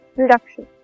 reduction